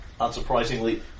unsurprisingly